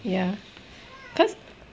ya because